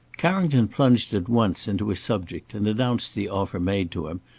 carrington plunged at once into his subject, and announced the offer made to him,